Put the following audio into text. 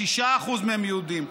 6% מהיהודים,